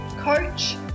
coach